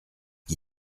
qui